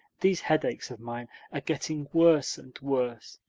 these headaches of mine are getting worse and worse.